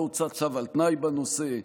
לא הוצא צו על תנאי בנושא,